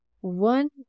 One